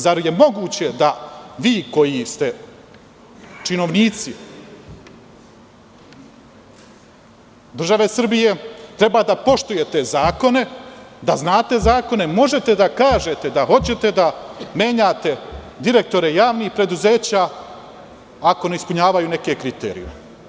Zar je moguće da vi koji ste činovnici države Srbije, treba da poštujete zakone, da znate zakone, možete da kažete da hoćete da menjate direktore javnih preduzeća ako ne ispunjavaju neke kriterijume?